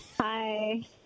Hi